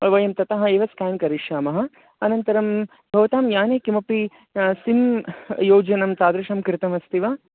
वयं ततः एव स्केन् करिष्यामः अनन्तरं भवतां याने किमपि सिं योजनं तादृशं कृतमस्ति वा